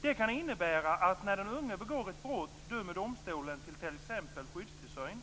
Det kan innebära att när den unge begått ett brott dömer domstolen till t.ex. skyddstillsyn